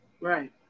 Right